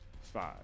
Five